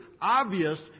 obvious